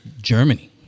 Germany